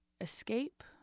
escape